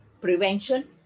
prevention